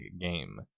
game